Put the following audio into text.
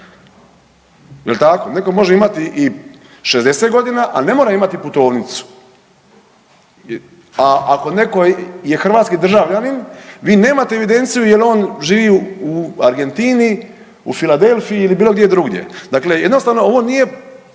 Neko može imati i 60 godina, a ne mora imati putovnicu, a ako neko je hrvatski državljanin vi nemate evidenciju jel on živi u Argentini, u Philadelphiji ili bilo gdje drugdje. Dakle, jednostavno ovo nije